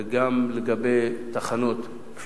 וגם לגבי תחנות דו-דלקיות,